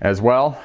as well